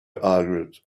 argued